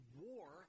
war-